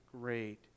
great